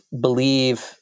believe